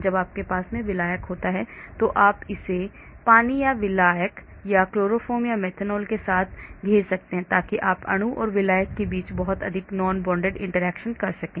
जब आपके पास विलायक होता है तो आप इसे पानी या विलायक या क्लोरोफॉर्म या मेथनॉल के साथ घेर सकते हैं ताकि आप अणु और विलायक के बीच बहुत अधिक non bonded interaction कर सकें